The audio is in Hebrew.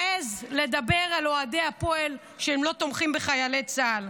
מעז לדבר על אוהדי הפועל שהם לא תומכים בחיילי צה"ל.